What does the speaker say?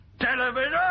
television